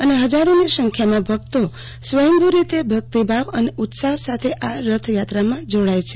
અને હજારોની સંખ્યાામાં વેદી ભકતો સ્વયંભુ રીતે ભકિતભાવ અને ઉત્સાહ સાથે આ રથયાત્રામાં જોડાય છે